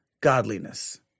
godliness